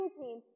team